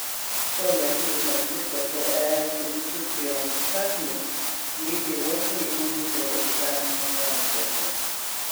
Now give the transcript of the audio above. šio lietuvių konflikto su es institucijomis šaknys slypi uosto įmonių privatizavimo niuansuose